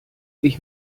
ich